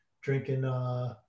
drinking